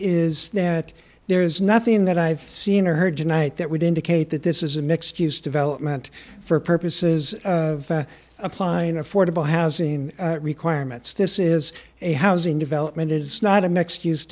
is that there's nothing that i've seen or heard tonight that would indicate that this is a mixed use development for purposes of applying affordable housing requirements this is a housing development it's not a mixed use